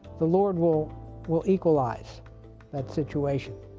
the lord will will equalize that situation.